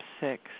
six